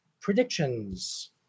predictions